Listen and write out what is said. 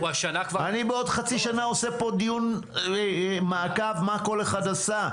אני בעוד חצי שנה עושה פה דיון מעקב מה כל אחד עשה.